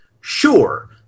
Sure